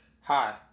Hi